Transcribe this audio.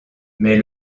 mais